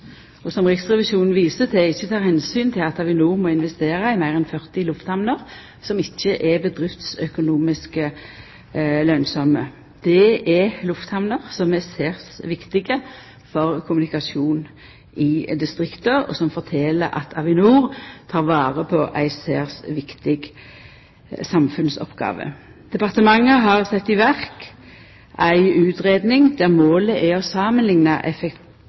og som Riksrevisjonen viser til, ikkje tek omsyn til at Avinor må investera i meir enn 40 lufthamner som ikkje er bedriftsøkonomisk lønsame. Det er lufthamner som er særs viktige for kommunikasjonen i distrikta, og som fortel at Avinor tek vare på ei særs viktig samfunnsoppgåve. Departementet har sett i verk ei utgreiing, der målet er å